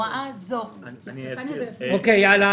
זו ההכרזה של השר על מצב מיוחד.